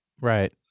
Right